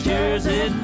Jersey